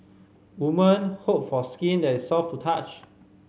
women hope for skin that is soft to touch